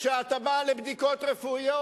כשאתה בא לבדיקות רפואיות,